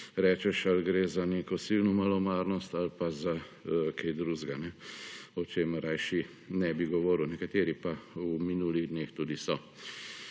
rečeš ali gre za neko silno malomarnost ali pa za kaj drugega, o čemer rajši ne bi govoril. Nekateri pa v minulih dneh tudi so.